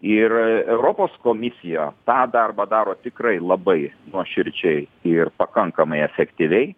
ir europos komisija tą darbą daro tikrai labai nuoširdžiai ir pakankamai efektyviai